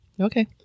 Okay